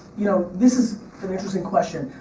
you. know this is an interesting question.